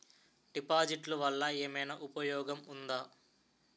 డిపాజిట్లు వల్ల ఏమైనా ఉపయోగం ఉందా?